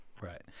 Right